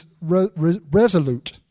resolute